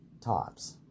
tops